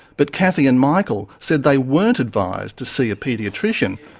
but cathy and michael said they weren't advised to see a paediatrician,